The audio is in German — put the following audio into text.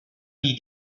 die